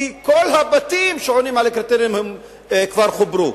כל הבתים שעונים על הקריטריונים כבר חוברו.